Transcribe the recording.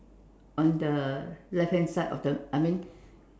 on the left hand side of the I mean